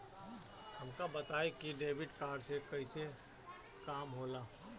हमका बताई कि डेबिट कार्ड से कईसे काम होला?